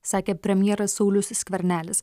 sakė premjeras saulius skvernelis